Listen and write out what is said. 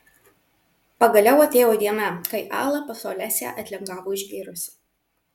pagaliau atėjo diena kai ala pas olesią atlingavo išgėrusi